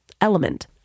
Element